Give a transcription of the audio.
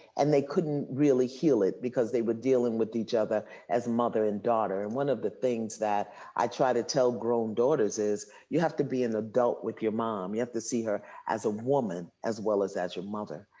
and they couldn't really heal it, because they were dealing with each other as mother and daughter. and one of the things that i try to tell grown daughters is you have to be an adult with your mom. you have to see her as a woman, as well as as your mother.